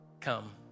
come